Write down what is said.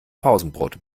pausenbrot